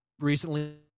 recently